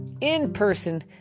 in-person